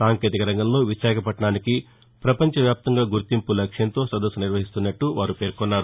సాంకేతిక రంగంలో విశాఖ పట్నానికి పపంచ వ్యాప్తంగా గుర్తింపు లక్ష్యంతో సదస్సు నిర్వహిస్తున్నట్లు వారు పేర్కొన్నారు